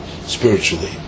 Spiritually